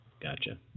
Gotcha